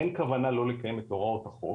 אין כוונה לא לקיים את הוראות החוק